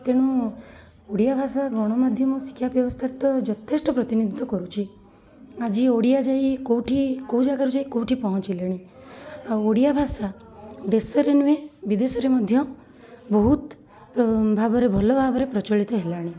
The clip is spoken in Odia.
ତେଣୁ ଓଡ଼ିଆଭାଷା ଗଣମାଧ୍ୟମ ଶିକ୍ଷାବ୍ୟବସ୍ଥାରେ ତ ଯଥେଷ୍ଟ ପ୍ରତିନିଧିତ୍ବ କରୁଛି ଆଜି ଓଡ଼ିଆ ଯାଇ କେଉଁଠି କେଉଁ ଜାଗାରୁ ଯାଇ କେଉଁଠି ପହଁଚିଲେଣି ଆଉ ଓଡ଼ିଆଭାଷା ଦେଶରେ ନୁହେଁ ବିଦେଶରେ ମଧ୍ୟ ବହୁତ ପ୍ର ଭାବରେ ଭଲଭାବରେ ପ୍ରଚଳିତ ହେଲାଣି